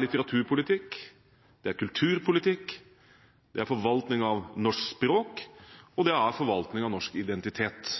litteraturpolitikk, det er kulturpolitikk, det er forvaltning av norsk språk, og det er forvaltning av norsk identitet.